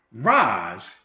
Rise